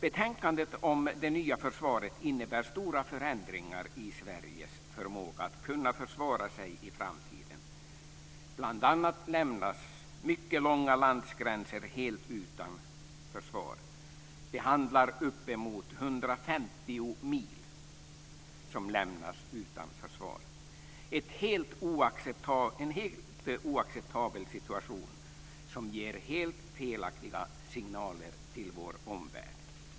Betänkandet Det nya försvaret innebär stora förändringar av Sveriges förmåga att försvara sig i framtiden. Bl.a. lämnas mycket långa landgränser helt utan försvar. Det handlar om uppemot 150 mil som lämnas utan försvar. Det är en helt oacceptabel situation som ger helt fel signaler till vår omvärld.